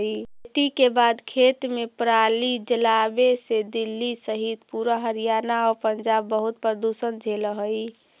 खेती के बाद खेत में पराली जलावे से दिल्ली सहित पूरा हरियाणा आउ पंजाब बहुत प्रदूषण झेलऽ हइ